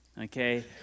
Okay